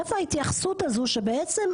איפה ההתייחסות הזו שבעצם,